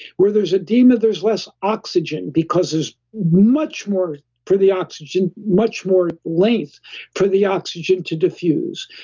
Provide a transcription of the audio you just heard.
where there's edema there's less oxygen, because there's much more for the oxygen, much more length for the oxygen to diffuse,